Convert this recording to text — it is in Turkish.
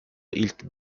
ilk